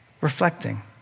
reflecting